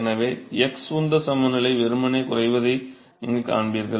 எனவே x உந்த சமநிலை வெறுமனே குறைவதை நீங்கள் காண்பீர்கள்